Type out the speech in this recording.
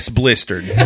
blistered